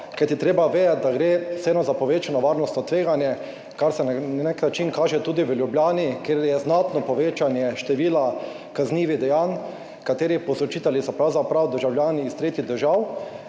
Kajti treba je vedeti, da gre vseeno za povečano varnostno tveganje, kar se na nek način kaže tudi v Ljubljani, kjer je znatno povečanje števila kaznivih dejanj, katerih povzročitelji so pravzaprav državljani iz tretjih držav.